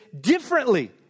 differently